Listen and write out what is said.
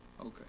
Okay